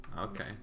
Okay